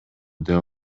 деп